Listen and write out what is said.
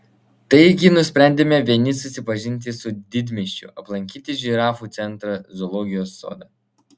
taigi nusprendėme vieni susipažinti su didmiesčiu aplankyti žirafų centrą zoologijos sodą